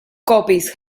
copies